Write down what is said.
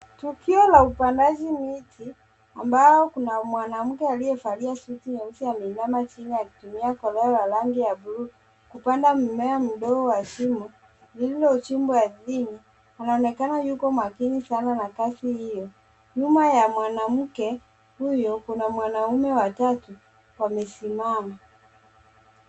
Tukio la upandaji miti, ambao kuna mwanamke aliyevalia suti nyeusi ameinama chini akitumia kolea la rangi ya blue , kupanda mmea mdogo kwa shimo, lililochimbwa ardhini. Anaonekana yuko makini sana na kazi hio. Nyuma ya mwanamke huyo, kuna wanaume watatu wamesimama.